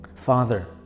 Father